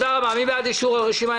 מי בעד אישור הרשימה?